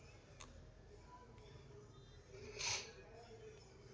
ಪ್ಯಾರಲಹಣ್ಣಗಳನ್ನ ತಾಜಾ ಅಥವಾ ಶೇಖರಿಸಿಟ್ಟ ಹಣ್ಣುಗಳಾಗಿ ತಿನ್ನಾಕ ಮತ್ತು ಅಡುಗೆಯೊಳಗ ಬಳಸ್ತಾರ